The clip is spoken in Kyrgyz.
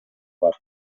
бар